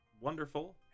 wonderful